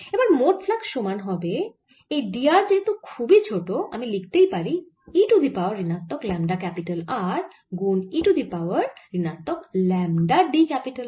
এবার মোট ফ্লাক্স সমান হবে এই d R যেহেতু খুবই ছোট আমি লিখতেই পারি e টু দি পাওয়ার ঋণাত্মক ল্যামডা R গুন e টু দি পাওয়ার ঋণাত্মক ল্যামডা d R